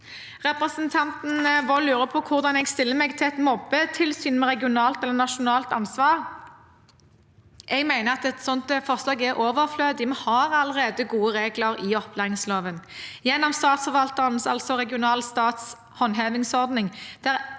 Representanten Wold lurer på hvordan jeg stiller meg til et mobbetilsyn med regionalt eller nasjonalt ansvar. Jeg mener at et sånt forslag er overflødig. Vi har allerede gode regler i opplæringsloven gjennom statsforvalterens, altså regional stats, håndhevingsordning,